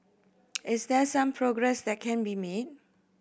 is there some progress that can be made